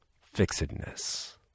fixedness